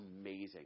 amazing